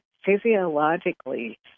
physiologically